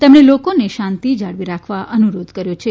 તેમણે લોકોને શાંતિ જાળવી રાખવા અનુરોધ કર્યો છે